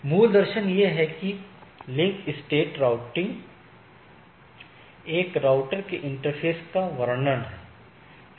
मूल दर्शन यह है कि एक लिंक स्टेट एक राउटर के इंटरफ़ेस का वर्णन है